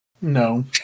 no